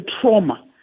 trauma